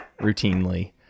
routinely